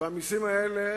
והמסים האלה